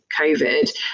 COVID